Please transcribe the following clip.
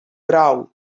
prou